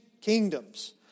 kingdoms